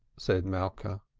said malka.